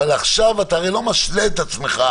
אבל עכשיו אתה הרי לא משלה את עצמך,